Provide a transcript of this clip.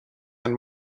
and